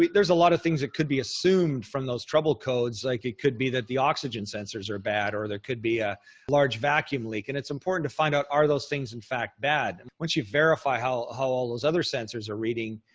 there's a lot of things that could be assumed from those trouble codes. like it could be that the oxygen sensors are bad or there could be a large vacuum leak and it's important to find out are those things in fact bad. and once you verify how how all those other sensors are reading,